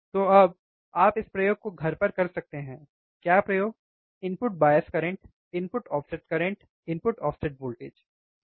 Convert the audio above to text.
तो अब आप इस प्रयोग को घर पर कर सकते हैं क्या प्रयोग input bias current input offset current input offset voltage है ना